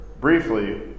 Briefly